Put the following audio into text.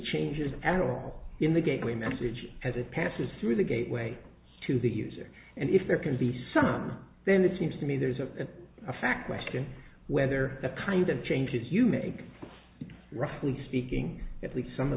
changes at all in the gateway message as it passes through the gateway to the user and if there can be sun then it seems to me there's a fact question whether the kind of changes you make roughly speaking at least some of